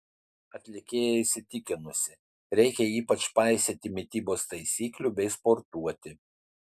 atlikėja įsitikinusi reikia ypač paisyti mitybos taisyklių bei sportuoti